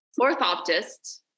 Orthoptist